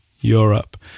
Europe